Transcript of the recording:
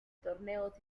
torneos